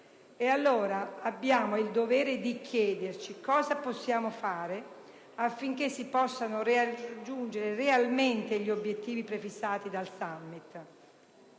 abbiamo il dovere di chiederci cosa possiamo fare affinché si possano raggiungere realmente gli obiettivi prefissati dal Summit.